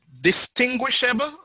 distinguishable